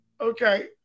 okay